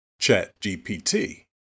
ChatGPT